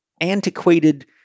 antiquated